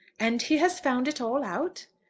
and he has found it all out?